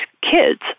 kids